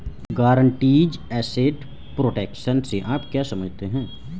Guaranteed asset protection से आप क्या समझते हैं?